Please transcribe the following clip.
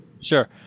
Sure